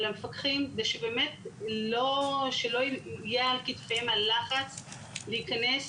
על המפקחים ושבאמת שלא יהיה על כתפיהם הלחץ להיכנס,